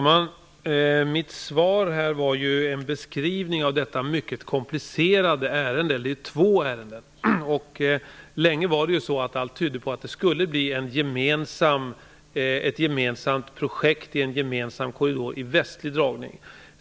Fru talman! Mitt svar var en beskrivning av detta mycket komplicerade ärende: Det är två ärenden. Länge tydde allt på att det skulle bli ett gemensamt projekt i en gemensam korridor i västlig dragning.